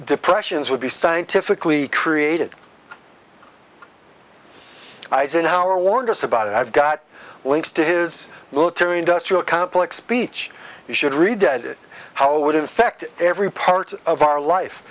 depressions would be scientifically created eisenhower warned us about it i've got links to his military industrial complex speech you should read read it how would it affect every part of our life